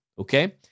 okay